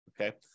okay